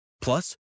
Plus